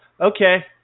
Okay